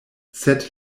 sed